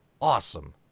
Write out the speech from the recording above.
Awesome